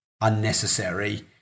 unnecessary